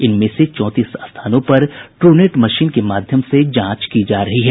इनमें से चौंतीस स्थानों पर ट्रूनेट मशीन के माध्यम से जांच की जा रही है